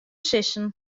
sizzen